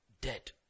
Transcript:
dead